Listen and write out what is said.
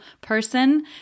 person